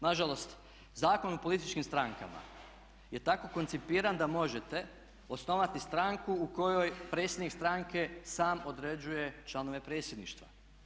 Nažalost Zakon o političkim stranaka je tako koncipiran da možete osnovati stranku u kojoj predsjednik stranke sam određuje članove predsjedništva.